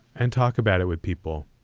and talk about it with people,